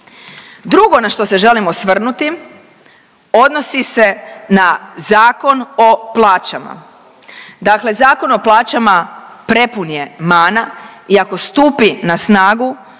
Drugo na što se želim osvrnuti odnosi se na Zakon o plaćama. Dakle Zakon o plaćama prepun je mana i ako stupi na snagu,